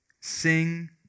sing